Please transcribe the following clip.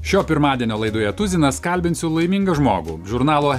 šio pirmadienio laidoje tuzinas kalbinsiu laimingą žmogų žurnalo